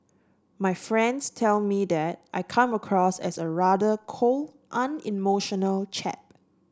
my friends tell me that I come across as a rather cold unemotional chap